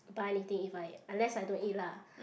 buy anything if I unless I don't eat lah